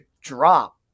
drop